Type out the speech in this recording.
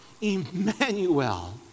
Emmanuel